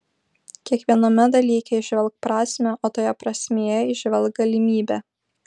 kiekviename dalyke įžvelk prasmę o toje prasmėje įžvelk galimybę